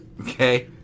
Okay